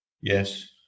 Yes